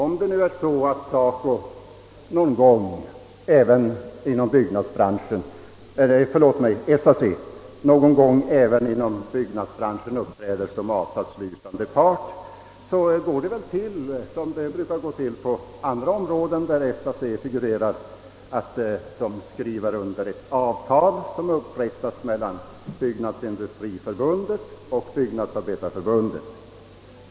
Om det nu är så, att SAC även någon gång inom byggnadsbranschen uppträder som avtalsslutande part går det väl till precis som det brukar ske på andra områden där SAC figurerar, nämligen att de skriver under ett avtal som upprättats mellan Byggnadsindustriförbundet och Byggnadsarbetareförbundet.